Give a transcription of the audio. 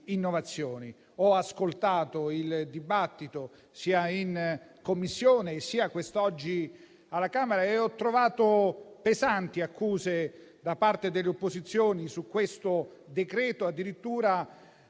Ho ascoltato il dibattito sia in Commissione sia quest'oggi alla Camera e ho trovato pesanti osservazioni da parte delle opposizioni su questo decreto-legge, che addirittura